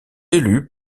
élus